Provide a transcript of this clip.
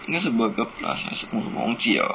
应该是 burger plus 还是什么我忘记了 ah